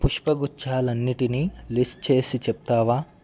పుష్పగుచ్చాలు అన్నిటినీ లిస్టు చేసి చెప్తావా